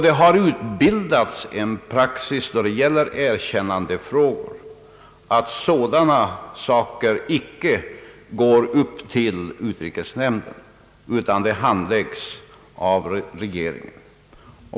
Det har utbildats en praxis i erkännandefrågor som innebär att sådana frågor icke underställs utrikesnämnden utan handläggs av re geringen.